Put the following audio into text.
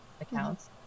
accounts